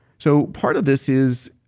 so part of this is,